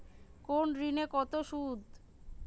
কোন ঋণে কত সুদ?